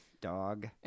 dog